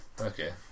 Okay